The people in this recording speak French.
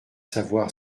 savoir